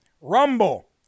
Rumble